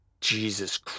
Jesus